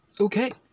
Okay